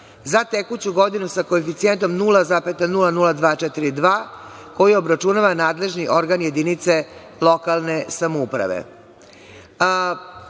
za tekuću godinu sa koeficijentom 0,00242 koji obračunava nadležni organ jedinice lokalne